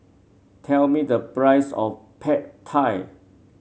tell me the price of Pad Thai